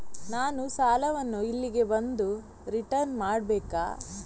ನಾನು ಸಾಲವನ್ನು ಇಲ್ಲಿಗೆ ಬಂದು ರಿಟರ್ನ್ ಮಾಡ್ಬೇಕಾ?